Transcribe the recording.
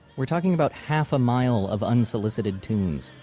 we're talking about half-a-mile of unsolicited tunes,